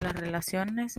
relaciones